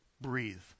breathe